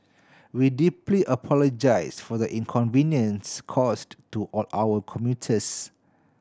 we deeply apologise for the inconvenience caused to all our commuters